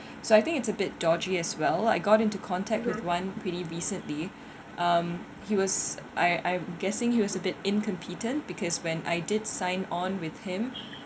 so I think it's a bit dodgy as well I got into contact with one pretty recently um he was I I'm guessing he was a bit incompetent because when I did sign on with hin